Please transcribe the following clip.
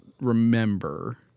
remember